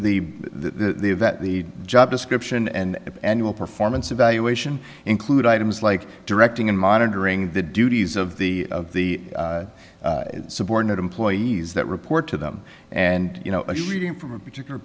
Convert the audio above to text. have that the job description and annual performance evaluation include items like directing and monitoring the duties of the of the subordinate employees that report to them and you know reading from a particular